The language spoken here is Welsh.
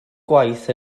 gwaith